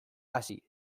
hasi